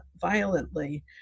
violently